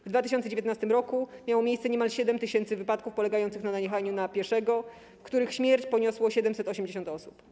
W 2019 r. miało miejsce niemal 7 tys. wypadków polegających na najechaniu na pieszego, w których śmierć poniosło 780 osób.